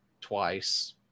twice